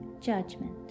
judgment